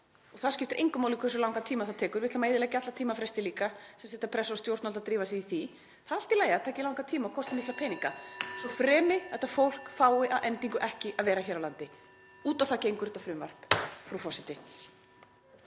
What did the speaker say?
og það skiptir engu máli hversu langan tíma það tekur. Við ætlum að eyðileggja alla tímafresti líka sem setja pressu á stjórnvald að drífa sig í því. Það er allt í lagi að það taki langan tíma og kosti mikla peninga (Forseti hringir.) svo fremi sem þetta fólk fær að endingu ekki að vera hér á landi. Út á það gengur þetta frumvarp, frú forseti.